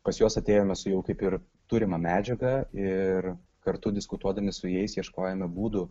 pas juos atėjome su jau kaip ir turima medžiaga ir kartu diskutuodami su jais ieškojome būdų